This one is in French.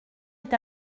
est